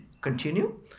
continue